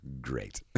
Great